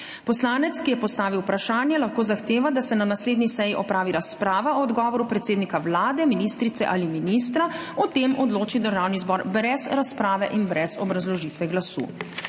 Poslanec, ki je postavil vprašanje, lahko zahteva, da se na naslednji seji opravi razprava o odgovoru predsednika Vlade, ministrice ali ministra. O tem odloči Državni zbor brez razprave in brez obrazložitve glasu.